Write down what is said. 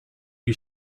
you